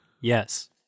Yes